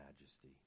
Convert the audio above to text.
majesty